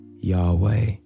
Yahweh